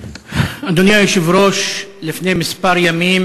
אדוני היושב-ראש, לפני כמה ימים